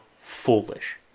foolish